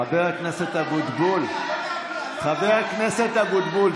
חבר הכנסת אבוטבול, שלישית.